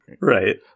Right